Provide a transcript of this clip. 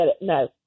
no